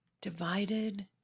divided